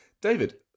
David